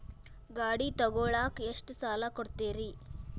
ಗಾಡಿ ತಗೋಳಾಕ್ ಎಷ್ಟ ಸಾಲ ಕೊಡ್ತೇರಿ?